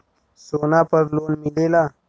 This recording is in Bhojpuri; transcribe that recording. सोना पर लोन मिलेला?